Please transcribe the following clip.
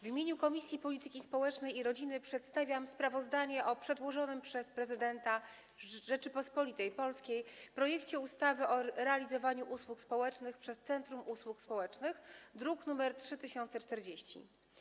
W imieniu Komisji Polityki Społecznej i Rodziny przedstawiam sprawozdanie o przedłożonym przez prezydenta Rzeczypospolitej Polskiej projekcie ustawy o realizowaniu usług społecznych przez centrum usług społecznych, druk nr 3040.